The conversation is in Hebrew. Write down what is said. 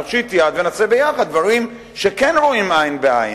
נושיט יד ונעשה ביחד דברים שבהם כן רואים עין בעין.